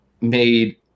made –